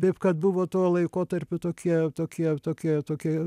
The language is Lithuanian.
taip kad buvo tuo laikotarpiu tokie tokie tokie tokie